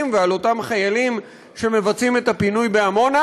ועל אותם חיילים שמבצעים את הפינוי בעמונה,